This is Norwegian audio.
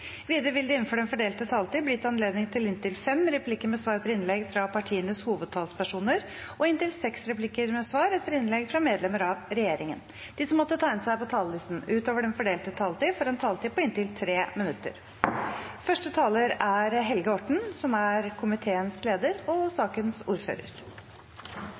Videre vil det – innenfor den fordelte taletid – bli gitt anledning til inntil fem replikker med svar etter innlegg fra partienes hovedtalspersoner og inntil seks replikker med svar etter innlegg fra medlemmer av regjeringen. De som måtte tegne seg på talerlisten utover den fordelte taletid, får en taletid på inntil 3 minutter.